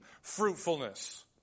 fruitfulness